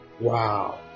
Wow